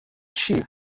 sheep